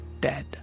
dead